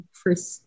first